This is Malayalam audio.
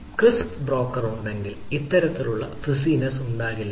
ക്രിസ്പ് ബ്രോക്കർ ഉണ്ടെങ്കിൽ ഇത്തരത്തിലുള്ള ഫസിനെസ്സ് ഉണ്ടാകില്ല